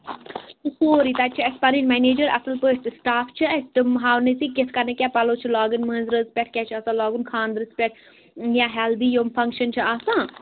سورُے تَتہِ چھِ اَسہِ پَنٕنۍ مَینَیٚجَر اَصٕل پٲٹھۍ سِٹاف چھِ اَسہِ تِم ہاونٕے ژےٚ کِتھٕ کٔنۍ کیٛاہ پَلَو چھِ لاگٕنۍ مٲنٛز رٲژ پٮ۪ٹھ کیٛاہ چھُ آسان لاگُن خانٛدرَس پٮ۪ٹھ یا ہلدی یِم فَنٛکشَن چھِ آسان